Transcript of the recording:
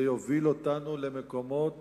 זה יוביל אותנו למקומות